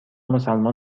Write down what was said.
مسلمان